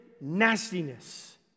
nastiness